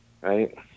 right